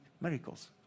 miracles